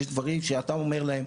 יש דברים שאתה אומר להם,